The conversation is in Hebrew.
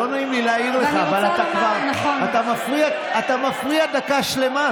איש מאנשי העדה החרדית נגד חפירות קברים המתקיימות